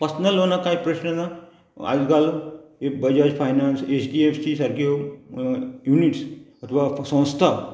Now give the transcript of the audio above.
personal लॉना कांय प्रश्न ना आजकाल हें Bajaj Finance H D F C सारक्यो युनिट्स अथवा संस्था